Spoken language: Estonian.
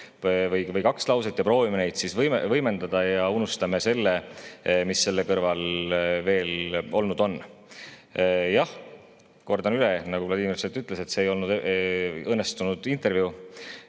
või kaks lauset ja proovime neid siis võimendada, aga unustame selle, mis selle kõrval veel on olnud. Jah, kordan üle, nagu Vladimir Svet ütles, et see ei olnud õnnestunud intervjuu,